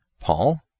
Paul